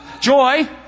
Joy